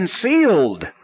concealed